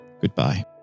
goodbye